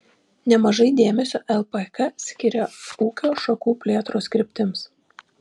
nemažai dėmesio lpk skiria ūkio šakų plėtros kryptims